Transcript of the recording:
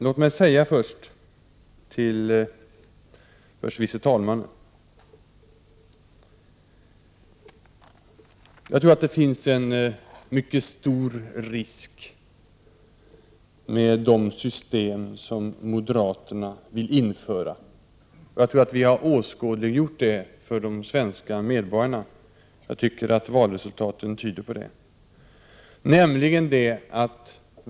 Låt mig till förste vice talmannen säga att jag anser att det finns en mycket stor risk förenad med de system som moderaterna vill införa. Jag tror att vi har åskådliggjort detta för de svenska medborgarna — valresultatet tyder på det.